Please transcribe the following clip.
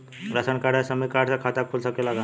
Ration card या श्रमिक card से खाता खुल सकेला का?